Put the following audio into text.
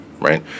right